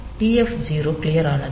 TF 0 clear ஆனது